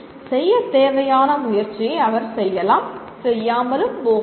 செய்யத் தேவையான முயற்சியை அவர் செய்யலாம் செய்யாமலும் போகலாம்